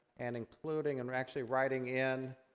and including, and actually writing in,